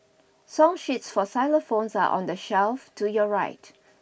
song sheets for xylophones are on the shelf to your right